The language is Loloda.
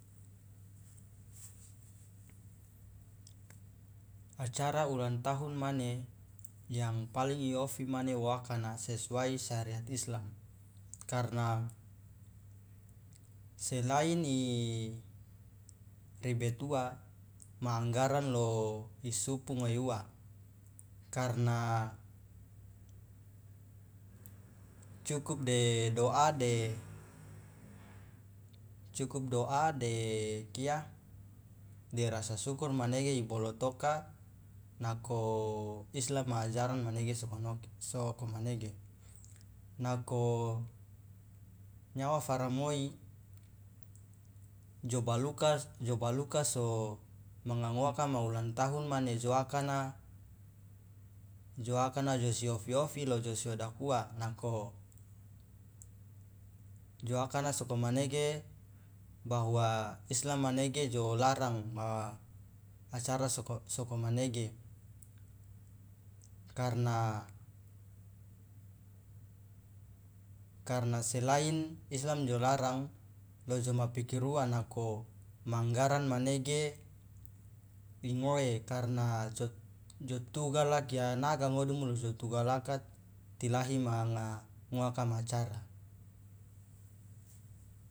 acara ulan tahun mane yang paling iofi mane wo akana sesuai sareat islam karna selain iribet uwa ma anggaran lo isupu ngoe uwa karna cukup de doa de cukup doa de kia de rasa sukur manege ibolotoka nako islam ma ajaran manege sokonoke sokomanege nako nyawa faramoi jo baluka so manga ngoaka ma ulang tahun mane jo akana jo akana josi ofi- ofi lo josi odakuwa nako jo akana sokomanege bahwa islam manege jo larang ma acara soko sokomanege karna karna selain islam jo larang lo joma pikir uwa nako ma anggaran manege ingoe karna jo jo tugala kianaga ingodumu lo tugalaka tilahi manga ngoaka ma acara.